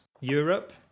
Europe